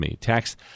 tax